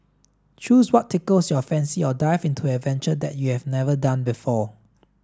choose what tickles your fancy or dive into an adventure that you have never done before